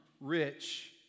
rich